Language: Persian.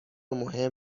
مهم